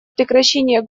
прекращение